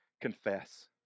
confess